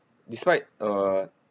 despite uh